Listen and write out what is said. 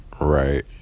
Right